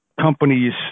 companies